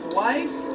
wife